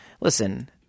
Listen